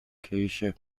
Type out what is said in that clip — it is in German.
kirche